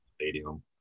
stadium